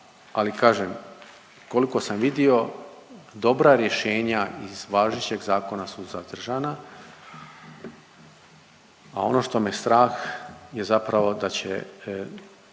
ali kažem koliko sam vidio dobra rješenja iz važećeg zakona su zadržana, a ono što me strah je zapravo da će